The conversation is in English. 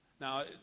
Now